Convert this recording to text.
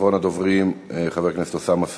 אחרון הדוברים, חבר הכנסת אוסאמה סעדי.